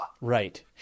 Right